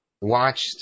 Watched